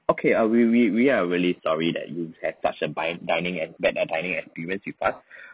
okay err we we we are really sorry that you had such a bad dining err bad dining experience with us